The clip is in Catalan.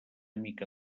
mica